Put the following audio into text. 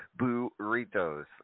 Burritos